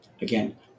Again